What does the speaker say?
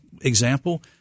example